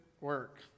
work